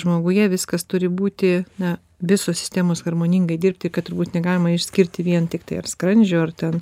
žmoguje viskas turi būti na visos sistemos harmoningai dirbti kad turbūt negalima išskirti vien tiktai ar skrandžio ar ten